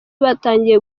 batangiye